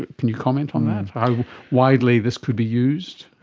can you comment on that, how widely this could be used?